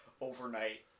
overnight